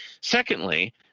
Secondly